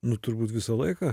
nu turbūt visą laiką